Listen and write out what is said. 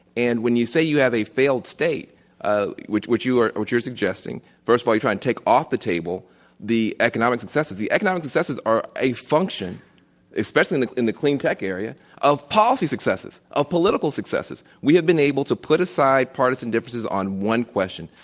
and when you say you have a failed state ah which which you are, and which you are suggesting. first but are trying to take off the table the economic successes. the economic successes are a function especially in the in the clean tech area of policy successes, of political successes. we have been able to put aside partisan differences on one question,